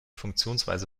funktionsweise